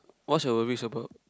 what's your worries about